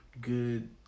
good